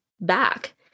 back